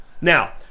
Now